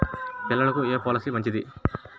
పిల్లలకు ఏ పొలసీ మంచిది?